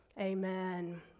amen